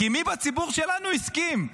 כי מי בציבור שלנו הסכים?